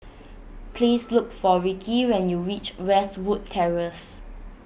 please look for Ricki when you reach Westwood Terrace